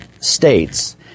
states